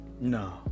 No